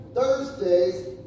Thursdays